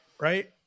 right